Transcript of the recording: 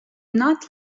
not